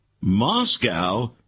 Moscow